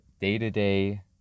day-to-day